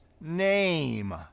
name